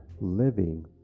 living